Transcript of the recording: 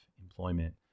employment